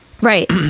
Right